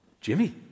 Jimmy